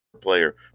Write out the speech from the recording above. player